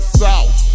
south